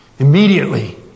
Immediately